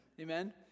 Amen